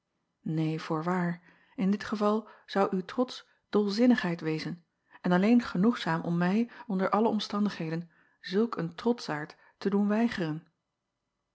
een voorwaar in dit geval zou uw trots dolzinnigheid wezen en alleen genoegzaam om mij onder alle omstandigheden zulk een trotschaard te doen weigeren